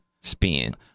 spin